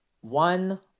one